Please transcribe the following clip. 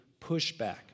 pushback